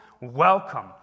welcome